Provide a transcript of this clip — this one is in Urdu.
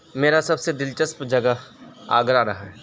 میرا سب سے دلچسپ جگہ آگرہ رہا ہے